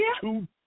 two